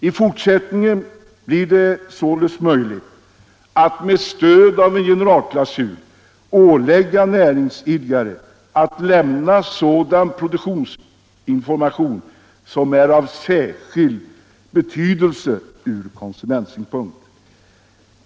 I fortsättningen blir det således möjligt att med stöd av en generalklausul ålägga näringsidkare att lämna sådan produktinformation som är av särskild betydelse från konsumentsynpunkt.